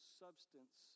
substance